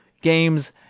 games